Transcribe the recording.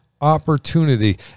opportunity